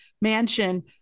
Mansion